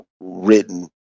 written